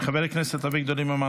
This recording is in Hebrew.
חבר הכנסת אביגדור ליברמן,